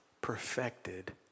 perfected